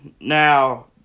Now